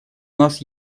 нас